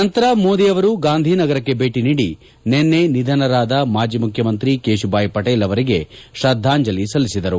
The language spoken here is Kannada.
ನಂತರ ಮೋದಿ ಅವರು ಗಾಂಧಿ ನಗರಕ್ಕೆ ಭೇಟಿ ನೀಡಿ ನಿನ್ನೆ ನಿಧನರಾದ ಮಾಜಿ ಮುಖ್ಯಮಂತ್ರಿ ಕೇಶುಭಾಯ್ ಪಟೇಲ್ ಅವರಿಗೆ ಶ್ರದ್ದಾಂಜಲಿ ಸಲ್ಲಿಸಿದರು